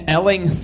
Elling